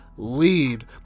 Lead